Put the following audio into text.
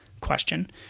question